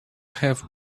have